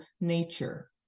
nature